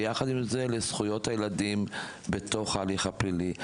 ביחד עם זה לזכויות הילדים בתוך ההליך הפלילי.